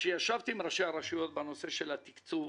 כאשר נפגשתי עם ראשי הרשויות לדון על התקצוב